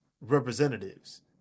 representatives